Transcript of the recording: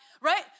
right